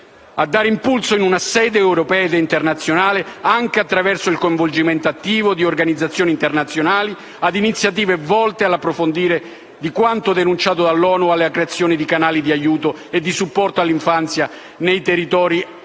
a dare impulso, in sede europea ed internazionale, anche attraverso il coinvolgimento attivo di organizzazioni internazionali, ad iniziative volte all'approfondimento di quanto denunciato dall'ONU e alla creazione di canali di aiuto e di supporto all'infanzia nei territori